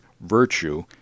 virtue